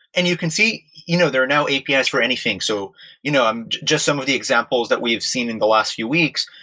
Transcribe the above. and you can see you know there are now apis for anything. so you know um just some of the examples that we've seen in the last few weeks,